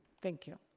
thank you.